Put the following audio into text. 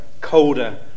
colder